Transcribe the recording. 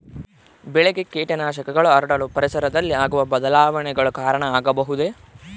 ಬೆಳೆಗೆ ಕೇಟನಾಶಕಗಳು ಹರಡಲು ಪರಿಸರದಲ್ಲಿ ಆಗುವ ಬದಲಾವಣೆಗಳು ಕಾರಣ ಆಗಬಹುದೇ?